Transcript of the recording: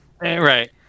Right